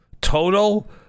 total